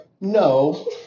No